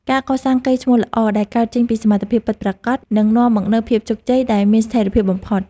ការកសាងកេរ្តិ៍ឈ្មោះល្អដែលកើតចេញពីសមត្ថភាពពិតប្រាកដនឹងនាំមកនូវភាពជោគជ័យដែលមានស្ថិរភាពបំផុត។